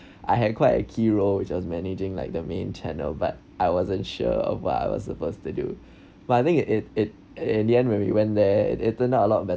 I I had quite a key role which is managing like the main channel but I wasn't sure of what I was supposed to do but I think it it it in the end when we went there it it turned out a lot bet~